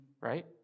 right